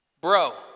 Bro